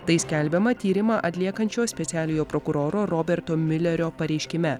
tai skelbiama tyrimą atliekančio specialiojo prokuroro roberto miulerio pareiškime